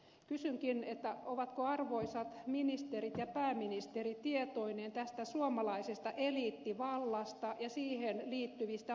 kysynkin ovatko arvoisat ministerit ja pääministeri tietoisia tästä suomalaisesta eliittivallasta ja siihen liittyvistä ongelmista